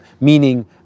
Meaning